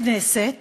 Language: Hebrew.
הכנסת